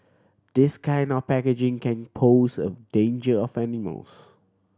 this kind of packaging can pose a danger of animals